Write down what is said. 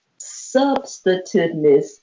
Substantiveness